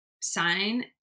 sign